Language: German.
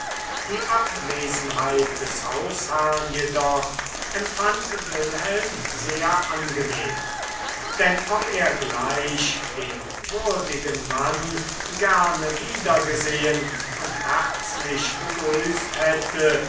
die abwesenheit des hausherrn jedoch empfand wilhelm sehr angenehm denn ob er gleich den würdigen mann gerne wieder gesehen und herzlich begrüßt hätte